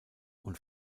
und